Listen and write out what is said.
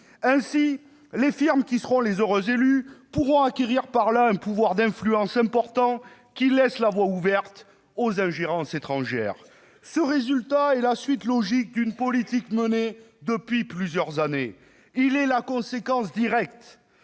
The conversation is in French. Ainsi, les firmes qui seront les heureuses élues pourront acquérir par là même un pouvoir d'influence important, ce qui laisse la voie ouverte aux ingérences étrangères. Ce résultat est la suite logique d'une politique menée depuis plusieurs années ; il est la conséquence directe